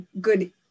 good